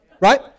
right